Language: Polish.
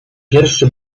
pierwszy